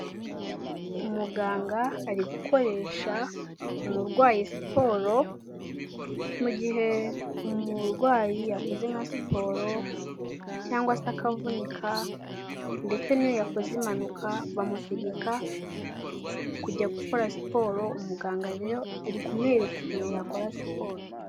Umuganga ari gukoresha umurwayi siporo mu gihe umurwayi yakoze nka siporo cyangwa se akavunika ndetse n'iyo yakoze impanuka bamutegeka kujya gukora siporo umuganga rero ari kumwereka ukuntu yakora siporo.